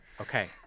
Okay